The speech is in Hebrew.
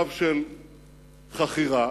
מוכנה להכריז על קץ הסכסוך ועל קץ התביעות,